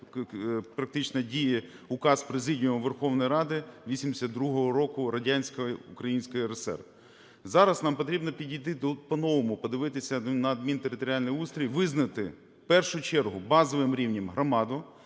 практично діє Указ Президії Верховної Ради 1982 року радянської… Української РСР. Зараз нам потрібно підійти по-новому, подивитися наадмінтериторіальний устрій, визнати, в першу чергу, базовим рівнем громаду,